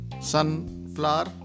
Sunflower